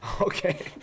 Okay